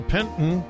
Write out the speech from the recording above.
Penton